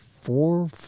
four